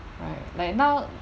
right like now